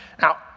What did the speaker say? Now